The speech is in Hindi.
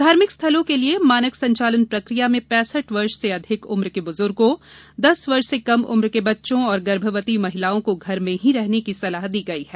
धार्मिक स्थलों के लिए मानक संचालन प्रक्रिया में पैंसठ वर्ष से अधिक उम्र के बुजुर्गों दस वर्ष से कम उम्र के बच्चों और गर्भवती महिलाओं को घर में ही रहने की सलाह दी गयी है